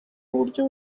uburyo